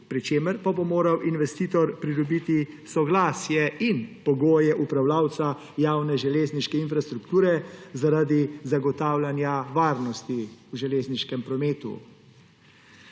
pri čemer pa bo moral investitor pridobiti soglasje in pogoje upravljavca javne železniške infrastrukture zaradi zagotavljanja varnosti v železniškem prometu.